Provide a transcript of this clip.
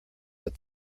but